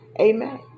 Amen